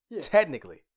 technically